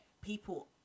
people